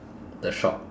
the shop